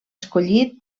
escollit